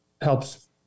helps